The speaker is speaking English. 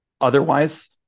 Otherwise